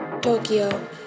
Tokyo